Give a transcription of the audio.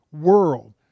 world